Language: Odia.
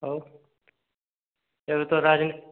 ଆଉ ଏବେ ତ ରାଜନୀତି